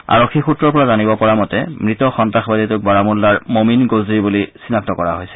আৰক্ষী সূত্ৰৰ পৰা জানিব পৰা মতে মৃত সন্তাসবাদীজনক বাৰমুল্লাৰ মমিন গোজৰী বুলি চিনাক্ত কৰা হৈছে